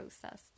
process